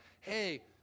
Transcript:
hey